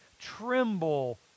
Tremble